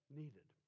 needed